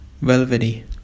velvety